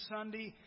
Sunday